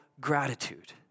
gratitude